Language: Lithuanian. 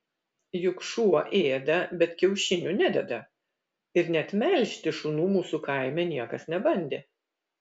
juk šuo ėda bet kiaušinių nededa ir net melžti šunų mūsų kaime niekas nebandė